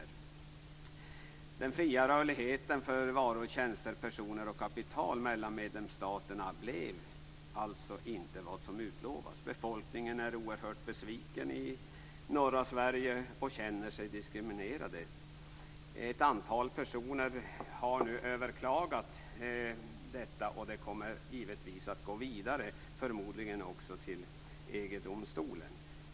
När det gäller den fria rörligheten för varor och tjänster, personer och kapital mellan medlemsstaterna blev det alltså inte så som det utlovades. Befolkningen är oerhört besviken i norra Sverige och känner sig diskriminerad. Ett antal personer har nu överklagat detta, och det kommer förmodligen också att gå vidare till EG-domstolen.